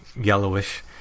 yellowish